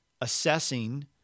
assessing